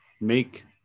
make